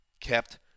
kept